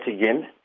again